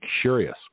curious